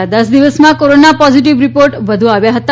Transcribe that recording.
છેલ્લા દસ દિવસમાં કોરોના પોઝિટિવ રિપોર્ટ વધુ આવ્યો હતો